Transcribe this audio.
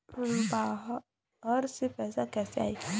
बाहर से पैसा कैसे आई?